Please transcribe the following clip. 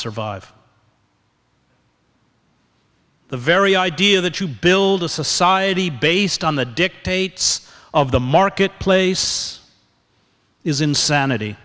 survive the very idea that you build a society based on the dictates of the marketplace is insanity